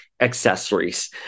accessories